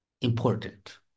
important